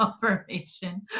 confirmation